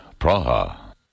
Praha